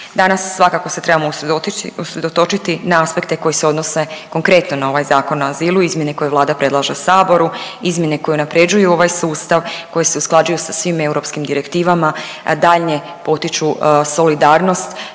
Danas svakako se trebamo usredotočiti na aspekte koji se odnose konkretno na ovaj Zakon o azilu i izmjene koje Vlada predlaže saboru, izmjene koje unapređuju ovaj sustav, koje se usklađuju sa svim europskim direktivama, daljnje potiču solidarnost